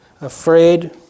afraid